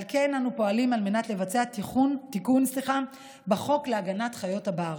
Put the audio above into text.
על כן אנחנו פועלים לבצע תיקון בחוק להגנת חיות הבר